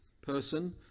person